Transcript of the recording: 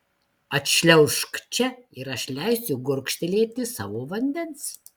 atšliaužk čia ir aš leisiu gurkštelėti savo vandens